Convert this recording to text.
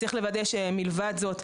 מלבד זאת,